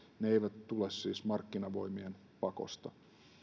ne eivät tule siis markkinavoimien pakosta